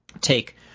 take